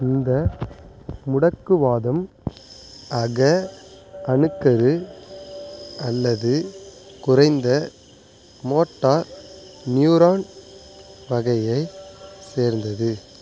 இந்த முடக்குவாதம் அக அணுக்கரு அல்லது குறைந்த மோட்டார் நியூரான் வகையைச் சேர்ந்தது